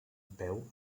peu